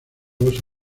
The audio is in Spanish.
osa